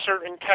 certain